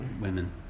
women